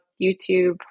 YouTube